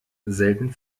selten